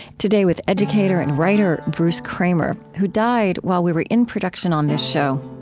today with educator and writer, bruce kramer, who died while we were in production on this show.